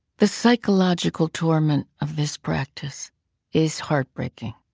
the psychological torment of this practice is heartbreaking,